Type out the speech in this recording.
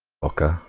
broker